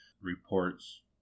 reports